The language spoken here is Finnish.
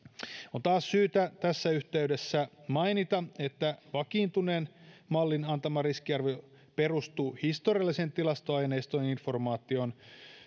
on taas syytä tässä yhteydessä mainita että vakiintuneen mallin antama riskiarvio perustuu historiallisen tilastoaineiston informaatioon